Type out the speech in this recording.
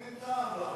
אין טעם לחוק.